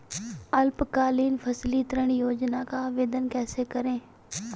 अल्पकालीन फसली ऋण योजना का आवेदन कैसे करें?